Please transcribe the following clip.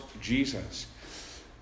Jesus